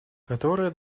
которые